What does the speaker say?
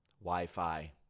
Wi-Fi